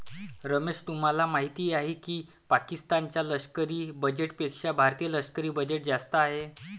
रमेश तुम्हाला माहिती आहे की पाकिस्तान च्या लष्करी बजेटपेक्षा भारतीय लष्करी बजेट जास्त आहे